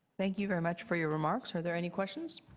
thank you very much for your remarks. are there any questions?